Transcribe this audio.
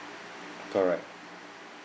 correct